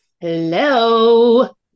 Hello